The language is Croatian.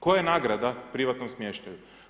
Koja je nagrada privatnom smještaju?